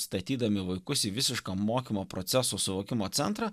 statydami vaikus į visišką mokymo proceso suvokimo centrą